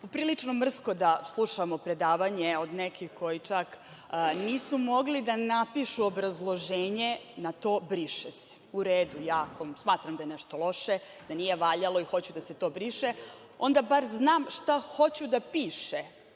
kolegama mrsko da slušamo predavanje od nekih koji čak nisu mogli da napišu obrazloženje na to „briše se“. U redu, ja ako smatram da je nešto loše, da nije valjalo i hoću da se to briše, onda bar znam šta hoću da piše,